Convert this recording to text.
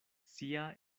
sia